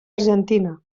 argentina